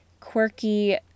quirky